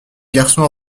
garçons